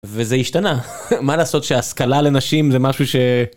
וזה השתנה מה לעשות שהשכלה לנשים זה משהו ש..